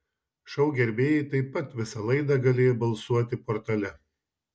šou gerbėjai taip pat visą laidą galėjo balsuoti portale